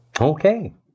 Okay